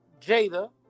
Jada